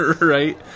right